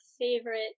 favorite